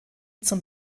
zum